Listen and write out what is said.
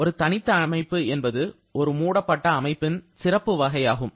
ஒரு தனித்த அமைப்பு என்பது ஒரு மூடப்பட்ட அமைப்பின் சிறப்பு வகையாகும்